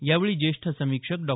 यावेळी ज्येष्ठ समीक्षक डॉ